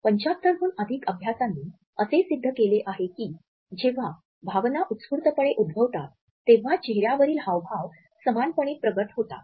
७५ हून अधिक अभ्यासांनी असे सिद्ध केले आहे की जेव्हा भावना उत्स्फूर्तपणे उद्भवतात तेव्हा चेहऱ्यावरील हावभाव समानपणे प्रकट होतात